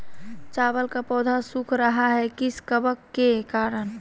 चावल का पौधा सुख रहा है किस कबक के करण?